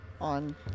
on